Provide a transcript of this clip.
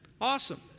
Awesome